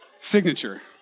signature